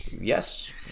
Yes